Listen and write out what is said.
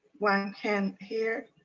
one hand here,